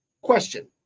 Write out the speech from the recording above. question